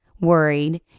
worried